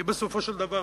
כי בסופו של דבר,